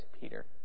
Peter